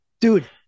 Dude